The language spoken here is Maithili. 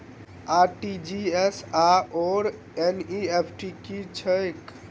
आर.टी.जी.एस आओर एन.ई.एफ.टी की छैक?